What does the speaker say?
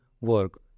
work